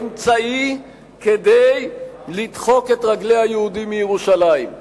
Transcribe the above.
אמצעי כדי לדחוק את רגלי היהודים מירושלים,